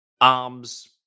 Arms